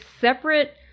separate